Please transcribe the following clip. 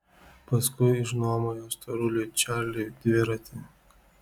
paskui išnuomojo storuliui čarliui dviratį